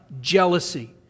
jealousy